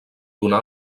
donar